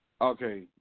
Okay